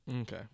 Okay